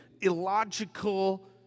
illogical